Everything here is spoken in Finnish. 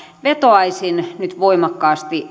vetoaisin nyt voimakkaasti